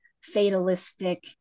fatalistic